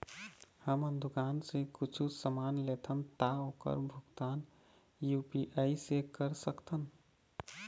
हमन दुकान से कुछू समान लेथन ता ओकर भुगतान यू.पी.आई से कर सकथन?